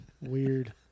Weird